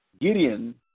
Gideon